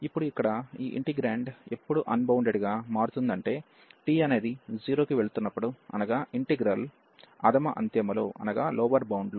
ఇప్పుడు ఇక్కడ ఈ ఇంటెగ్రాండ్ ఎప్పుడు అన్బౌండెడ్ గా మారుతుందంటే t అనేది 0 కి వెళుతున్నప్పుడు అనగా ఇంటిగ్రల్ అధమ అంత్యములో